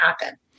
happen